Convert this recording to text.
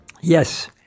Yes